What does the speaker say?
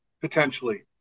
potentially